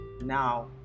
now